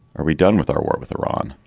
are we done with our war with iran,